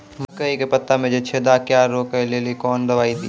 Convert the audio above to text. मकई के पता मे जे छेदा क्या रोक ले ली कौन दवाई दी?